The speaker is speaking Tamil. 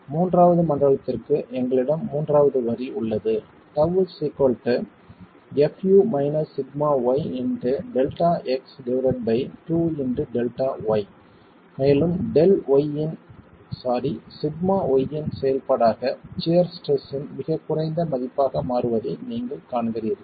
மூன்றாவது மண்டலத்திற்கு எங்களிடம் மூன்றாவது வரி உள்ளது மேலும் σy இன் செயல்பாடாக சியர் ஸ்ட்ரெஸ் இன் மிகக் குறைந்த மதிப்பாக மாறுவதை நீங்கள் காண்கிறீர்கள்